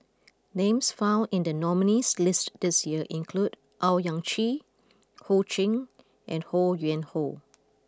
names found in the nominees' list this year include Owyang Chi Ho Ching and Ho Yuen Hoe